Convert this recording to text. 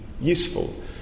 useful